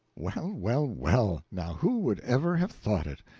well, well, well now who would ever have thought it?